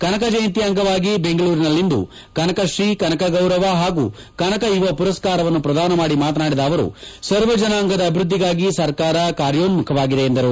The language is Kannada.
ಕನಕ ಜಯಂತಿ ಅಂಗವಾಗಿ ಬೆಂಗಳೂರಿನಲ್ಲಿಂದು ಕನಕ ಶ್ರೀ ಕನಕ ಗೌರವ ಹಾಗೂ ಕನಕ ಯುವ ಪುರಸ್ಕಾರವನ್ನು ಪ್ರದಾನ ಮಾಡಿ ಮಾತನಾಡಿದ ಅವರು ಸರ್ವ ಜನಾಂಗದ ಅಭಿವೃದ್ದಿಗಾಗಿ ಸರ್ಕಾರ ಕಾರ್ಯೋನ್ನುಖವಾಗಿದೆ ಎಂದರು